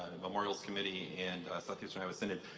memorials committee and southeastern iowa synod.